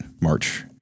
March